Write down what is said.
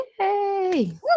Yay